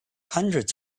hundreds